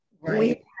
Right